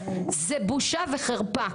זה בושה וחרפה.